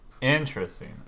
Interesting